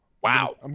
Wow